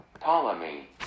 Ptolemy